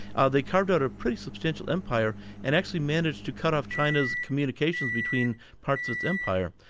ah they carved out a pretty substantial empire and actually managed to cut off china's communications between parts of its empire.